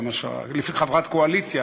חברת קואליציה,